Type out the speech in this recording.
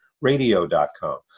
Radio.com